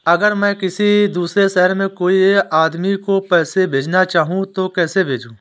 अगर मैं किसी दूसरे शहर में कोई आदमी को पैसे भेजना चाहूँ तो कैसे भेजूँ?